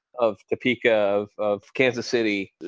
of topeka, of of kansas city.